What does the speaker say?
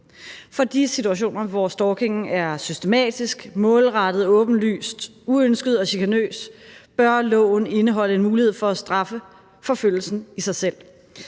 For de situationer, hvor stalkingen er systematisk, målrettet, åbenlyst uønsket og chikanøs, bør loven indeholde en mulighed for at straffe forfølgelsen i sig selv.